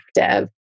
active